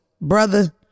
Brother